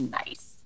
nice